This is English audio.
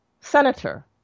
senator